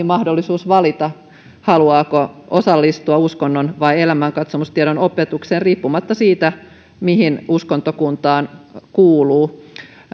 mahdollisuus valita haluaako osallistua uskonnon vai elämänkatsomustiedon opetukseen riippumatta siitä mihin uskontokuntaan kuuluu